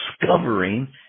discovering